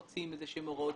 מוציאים איזה שהן הוראות,